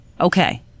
okay